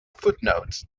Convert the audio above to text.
footnotes